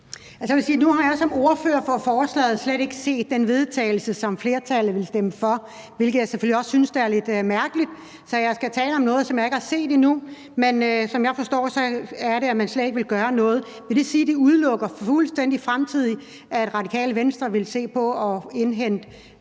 at jeg som ordfører for forespørgerne slet ikke har set det forslag til vedtagelse, som flertallet vil stemme for, hvilket jeg selvfølgelig synes er lidt mærkeligt. Så jeg skal tale om noget, jeg ikke har set endnu, men som jeg forstår det, vil man slet ikke gøre noget. Vil det sige, at det for fremtiden fuldstændig udelukker, at Radikale Venstre vil se på at indhente